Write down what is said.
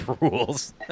rules